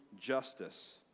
justice